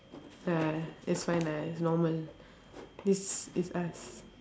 !aiya! it's fine lah it's normal this is us